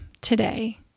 today